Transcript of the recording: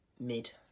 mid